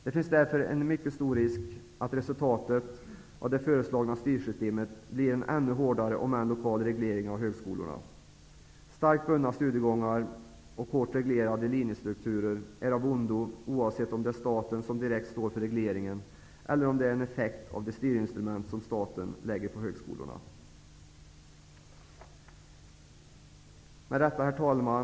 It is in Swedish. Det finns därför en mycket stor risk för att resultatet av det föreslagna styrsystemet blir -- om än lokal -- en ännu hårdare reglering av högskolorna. Starkt bundna studiegångar och hårt reglerade linjestrukturer är av ondo, oavsett om det är staten som direkt står för regleringen, eller om den är en effekt av de styrinstrument som staten lägger på högskolorna. Herr talman!